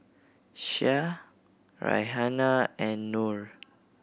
Syah Raihana and Nor